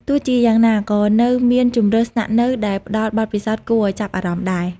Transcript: ទោះជាយ៉ាងណា ក៏នៅមានជម្រើសស្នាក់នៅដែលផ្ដល់បទពិសោធន៍គួរឱ្យចាប់អារម្មណ៍ដែរ។